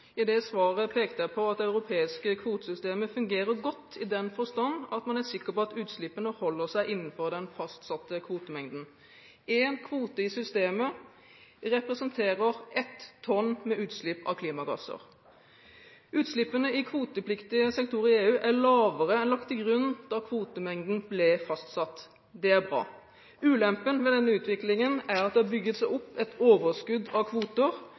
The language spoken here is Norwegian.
I dette svaret pekte jeg på at det europeiske kvotesystemet fungerer godt i den forstand at man er sikker på at utslippene holder seg innenfor den fastsatte kvotemengden. En kvote i systemet representerer ett tonn med utslipp av klimagasser. Utslippene i kvotepliktige sektorer i EU er lavere enn lagt til grunn da kvotemengden ble fastsatt. Det er bra. Ulempen ved denne utviklingen er at det har bygget seg opp et overskudd av kvoter,